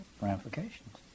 ramifications